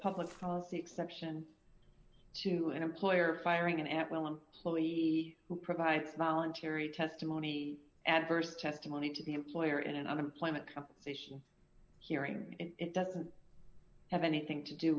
public policy exception to an employer firing an at will employee who provides voluntary testimony adverse testimony to the employer in an unemployment compensation hearing it doesn't have anything to do